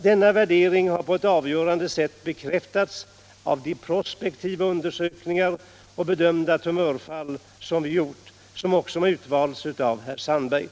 Denna värdering har på ett avgörande sätt bekräftats av de prospektivt undersökta och bedömda tumörfall, som också utvalts av dr Sandberg.